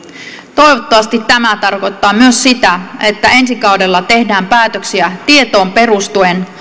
toivottavasti tämä tarkoittaa myös sitä että ensi kaudella tehdään päätöksiä tietoon perustuen